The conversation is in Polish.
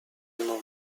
mną